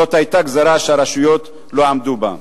זאת היתה גזירה שהרשויות לא עמדו בה.